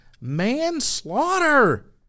manslaughter